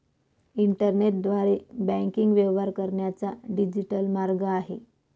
इंटरनेटद्वारे बँकिंग व्यवहार करण्याचा डिजिटल मार्ग आहे